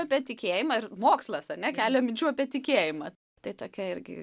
apie tikėjimą ir mokslas ane kelia minčių apie tikėjimą tai tokia irgi